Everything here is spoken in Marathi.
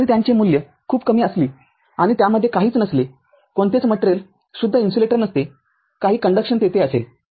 जरी त्यांचे मूल्य खूप कमी असली आणि त्यामध्ये काहीच नसले कोणतेच मटेरियल शुद्ध इन्सुलेटर नसते काही कंडक्शन तेथे असेल